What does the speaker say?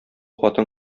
хатын